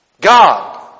God